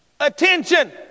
Attention